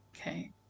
Okay